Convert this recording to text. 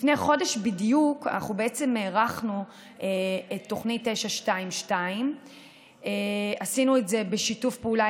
לפני חודש בדיוק אנחנו הארכנו את תוכנית 922. עשינו את זה בשיתוף פעולה